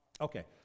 Okay